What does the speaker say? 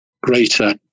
greater